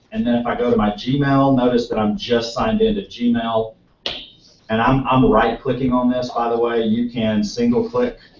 and then if i go to my gmail, notice that i'm just signed into gmail, and i'm um right-clicking on this, by the way. you can single-click,